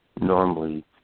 normally